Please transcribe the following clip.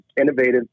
innovative